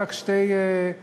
רק שתי הבהרות.